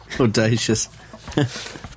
Audacious